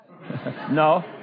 No